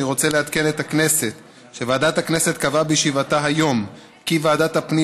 אני רוצה לעדכן את הכנסת שוועדת הכנסת קבעה בישיבתה היום כי ועדת הפנים